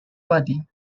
body